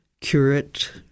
curate